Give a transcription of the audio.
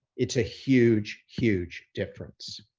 it's a huge, huge difference.